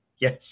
yes